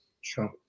sure